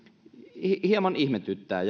hieman ihmetyttää